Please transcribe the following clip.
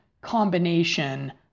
combination